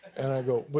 and i go,